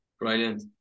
Brilliant